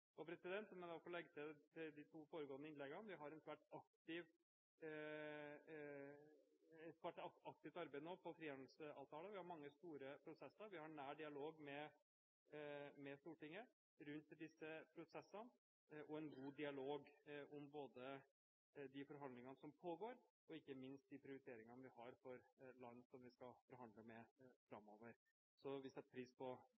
jeg så får legge til følgende til de to foregående innleggene: Vi har et svært aktivt arbeid gående når det gjelder frihandelsavtaler. Vi har mange store prosesser. Vi har nær dialog med Stortinget rundt disse prosessene og en god dialog om både de forhandlingene som pågår, og ikke minst om de prioriteringene vi har for land som vi skal forhandle med framover. Så vi setter pris på